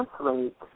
translate